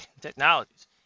technologies